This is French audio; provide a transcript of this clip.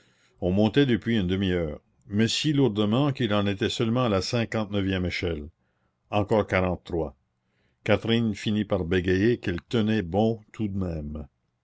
on montait depuis une demi-heure mais si lourdement qu'il en était seulement à la cinquante neuvième échelle encore quarante-trois catherine finit par bégayer qu'elle tenait bon tout de même